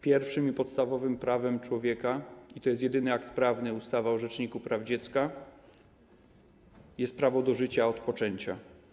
Pierwszym i podstawowym prawem człowieka - i to jest jedyny taki akt prawny, ustawa o rzeczniku praw dziecka - jest prawo do życia od poczęcia.